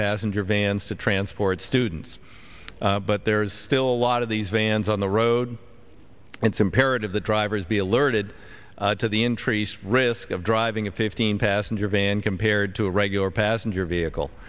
passenger vans to transport students but there is still a lot of these bans on the road it's imperative that drivers be alerted to the entry risk of driving a fifteen passenger van compared to a regular passenger vehicle